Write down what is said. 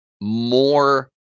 more